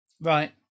Right